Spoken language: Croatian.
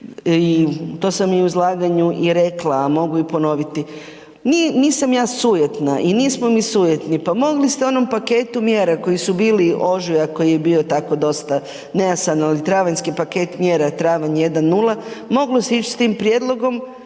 i to sam u izlaganju i rekla, a mogu i ponoviti. Nisam ja sujetna i nismo mi sujetni, pa mogli ste u onom paketu mjera koji su bili, ožujak koji je bio tako dosta nejasan, ali travanjski paket mjera, travanj jedan, nula, moglo se ić s tim prijedlogom,